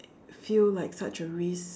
feel like such a risk